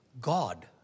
God